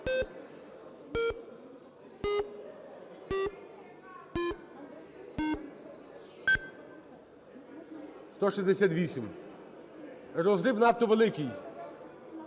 За-168 Розрив надто великий.